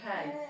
Okay